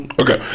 okay